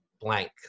blank